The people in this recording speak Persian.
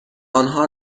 آنها